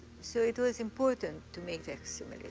so it was important to make facsimiles